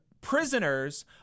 prisoners